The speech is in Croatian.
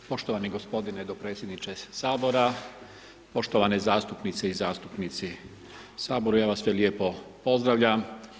Poštovani gospodine dopredsjedniče Sabora, poštovane zastupnice i zastupnici u Saboru, ja vas sve lijepo pozdravljam.